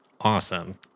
Awesome